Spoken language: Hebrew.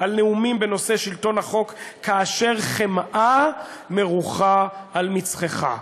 על נאומים בנושא שלטון החוק כאשר חמאה מרוחה על מצחך,